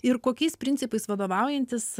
ir kokiais principais vadovaujantis